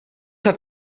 hat